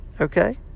Okay